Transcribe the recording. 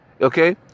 okay